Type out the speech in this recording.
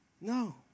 No